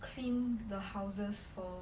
clean the houses for